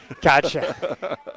Gotcha